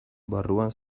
barruan